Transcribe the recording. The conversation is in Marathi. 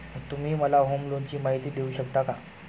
तुम्ही मला होम लोनची माहिती देऊ शकता का?